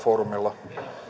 foorumilla